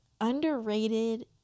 underrated